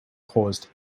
caused